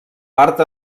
part